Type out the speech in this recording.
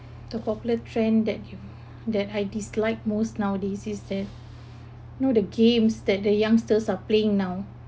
the popular trend that that I dislike most nowadays is that know the games that the youngsters are playing now